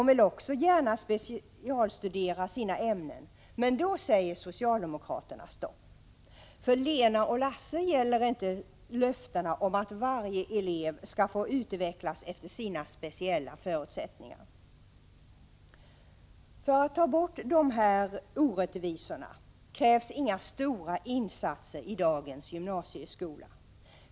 Också de vill gärna specialstudera sina ämnen, men då säger socialdemokraterna stopp. För Lena och Lasse gäller inte löftena om att varje elev skall få utvecklas efter sina speciella förutsättningar. För att ta bort de här orättvisorna krävs inga stora insatser i dagens gymnasieskola.